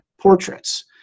portraits